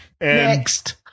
Next